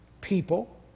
people